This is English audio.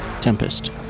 Tempest